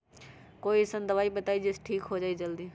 कोई अईसन दवाई बताई जे से ठीक हो जई जल्दी?